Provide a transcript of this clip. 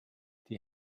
die